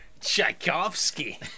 Tchaikovsky